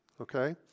Okay